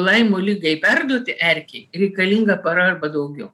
laimo ligai perduoti erkei reikalinga para arba daugiau